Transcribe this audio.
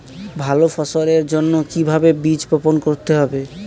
ভালো ফসলের জন্য কিভাবে বীজ বপন করতে হবে?